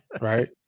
Right